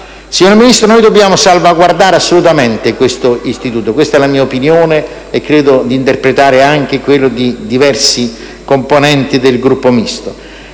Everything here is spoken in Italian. Signor Ministro, dobbiamo salvaguardare assolutamente quest'istituto. Questa è la mia opinione, e credo di interpretare anche quella di diverse componenti del Gruppo Misto.